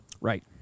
Right